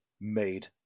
made